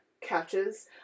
catches